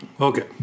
Okay